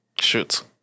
Shoot